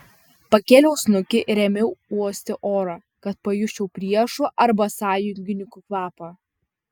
pakėliau snukį ir ėmiau uosti orą kad pajusčiau priešų arba sąjungininkų kvapą